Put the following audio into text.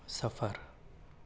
سفر